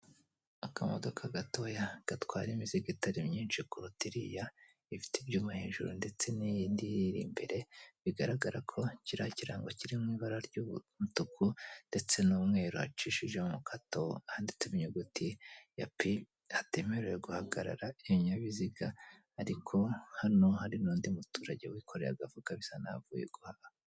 Akamodoka gatoya gatwara imizigo itari myinshi kuruta iriya ifite ibyuma hejuru ndetse n'iyindi iyiri imbere, bigaragara ko kiriya kirango kiri mu ibara ry'umutuku ndetse n'umweru, hacishijemo kato, handitse n'inyuguti ya p,hatemerewe guhagarara ibinyabiziga ariko hano hari n'undi muturage wikoreye agafuka bisa n'aho avuye guhaha.